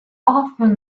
often